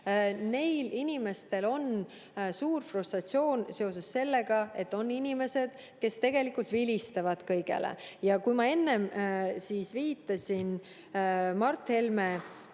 neil inimestel on suur frustratsioon seoses sellega, et on inimesed, kes tegelikult vilistavad kõigele. Ja ma enne juba viitasin Mart Helme